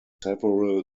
several